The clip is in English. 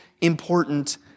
important